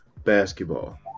basketball